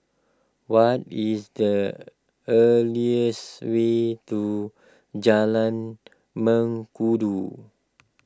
what is the earliest way to Jalan Mengkudu